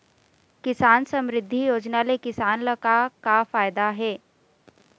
किसान समरिद्धि योजना ले किसान ल का का फायदा हे?